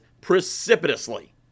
precipitously